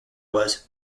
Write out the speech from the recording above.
was